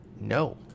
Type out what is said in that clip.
no